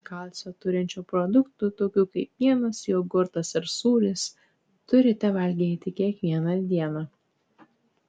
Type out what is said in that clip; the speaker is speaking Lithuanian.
kalcio turinčių produktų tokių kaip pienas jogurtas ar sūris turite valgyti kiekvieną dieną